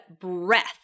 breath